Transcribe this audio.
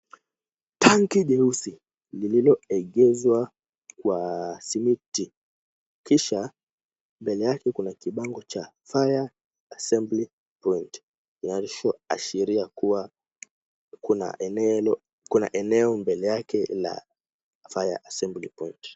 Tangi nyeusi lililoegezwa kwa simiti kisha mbele yake kuna kibango cha fire assembly point linaloashiria kuwa kuna eneo mbele yake la fire assembly point .